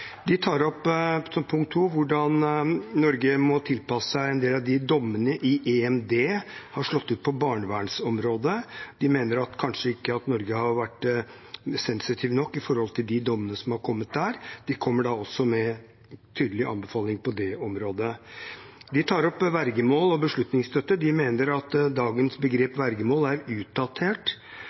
to tar de opp at Norge må tilpasse seg hvordan en del av dommene i Den europeiske menneskerettsdomstol, EMD, har slått ut på barnevernsområdet. De mener Norge kanskje ikke har vært sensitive nok når det gjelder dommene som har kommet der. De kommer også med en tydelig anbefaling på det området. De tar opp vergemål og beslutningsstøtte. De mener at dagens begrep vergemål er utdatert,